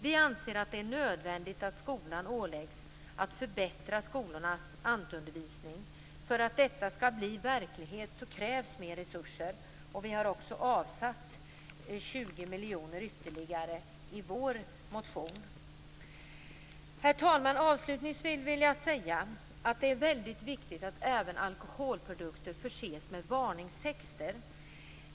Vi anser att det är nödvändigt att skolan åläggs att förbättra skolornas ANT-undervisning. För att detta skall bli verklighet krävs mer resurser, och vi har också avsatt ytterligare 20 miljoner i vår motion. Herr talman! Avslutningsvis vill jag säga att det är väldigt viktigt att även alkoholprodukter förses med varningstexter.